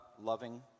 loving